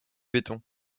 béton